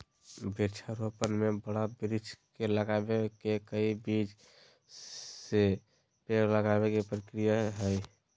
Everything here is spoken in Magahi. वृक्षा रोपण में बड़ा वृक्ष के लगावे के हई, बीज से पेड़ लगावे के प्रक्रिया से हई